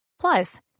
Plus